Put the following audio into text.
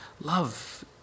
Love